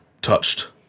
touched